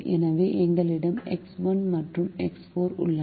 எனவே எங்களிடம் எக்ஸ் 1 மற்றும் எக்ஸ் 4 உள்ளன